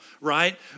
right